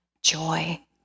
joy